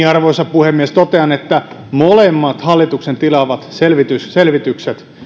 arvoisa puhemies totean että molemmat hallituksen tilaamat selvitykset